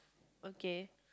okay